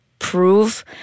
Prove